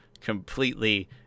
completely